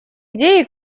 идеи